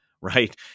right